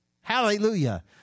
Hallelujah